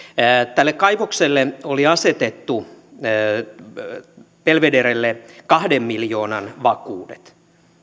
tälle kaivokselle belvederelle oli asetettu kahden miljoonan vakuudet